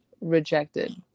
rejected